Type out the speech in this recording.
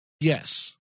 yes